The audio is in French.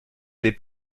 les